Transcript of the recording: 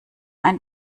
ein